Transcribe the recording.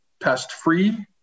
pest-free